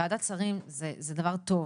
ועדת שרים זה דבר טוב,